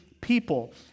people